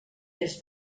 des